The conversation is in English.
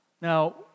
Now